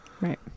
Right